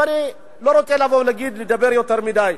אני לא רוצה לבוא ולדבר יותר מדי.